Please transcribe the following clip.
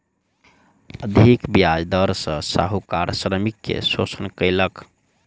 अधिक ब्याज दर सॅ साहूकार श्रमिक के शोषण कयलक